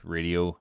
Radio